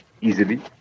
easily